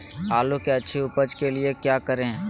आलू की अच्छी उपज के लिए क्या करें?